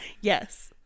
Yes